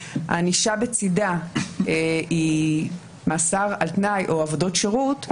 הענישה בצידה היא מאסר על תנאי או עבודות שירות,